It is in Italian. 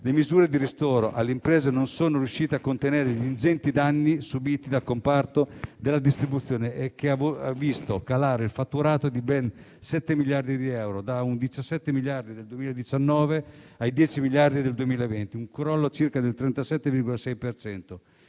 Le misure di ristoro alle imprese non sono riuscite a contenere gli ingenti danni subiti dal comparto della distribuzione, che ha visto calare il fatturato di ben 7 miliardi di euro, dai 17 miliardi del 2019 ai 10 miliardi di euro del 2020, con un crollo del 37,6